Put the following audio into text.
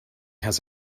has